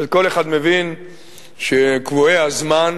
כל אחד מבין שקבועי הזמן